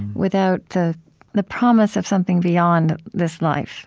without the the promise of something beyond this life